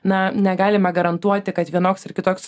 na negalime garantuoti kad vienoks ar kitoks